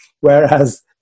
whereas